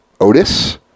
Otis